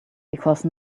because